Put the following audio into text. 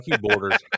borders